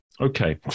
Okay